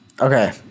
Okay